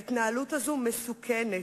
ההתנהלות הזאת מסוכנת.